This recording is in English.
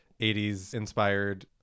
80s-inspired